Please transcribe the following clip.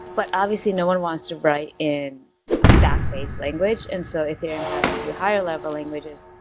but obviously no one wants to write in a staff-based language, and so ethereum has a few higher level languages.